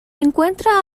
encuentra